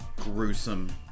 gruesome